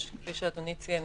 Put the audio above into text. כפי שאדוני ציין,